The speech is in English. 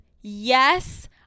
yes